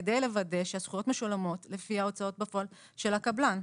כדי לוודא שהזכויות משולמות לפי ההוצאות בפועל של הקבלן.